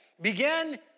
began